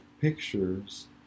pictures